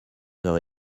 heures